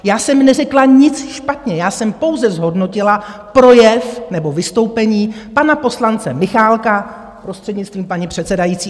Já jsem neřekla nic špatně, já jsem pouze zhodnotila projev nebo vystoupení pana poslance Michálka, prostřednictvím paní předsedající.